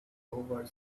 over